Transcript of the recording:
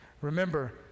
Remember